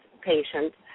patients